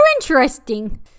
interesting